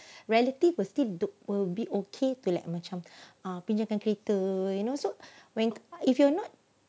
relative will still to will be okay to like macam pinjamkan kereta you know so when if you not